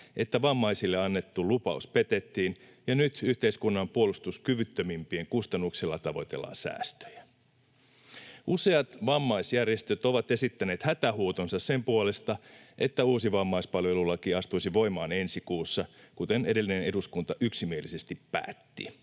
että vammaisille annettu lupaus petettiin ja nyt yhteiskunnan puolustuskyvyttömimpien kustannuksella tavoitellaan säästöjä. Useat vammaisjärjestöt ovat esittäneet hätähuutonsa sen puolesta, että uusi vammaispalvelulaki astuisi voimaan ensi kuussa, kuten edellinen eduskunta yksimielisesti päätti